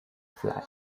flag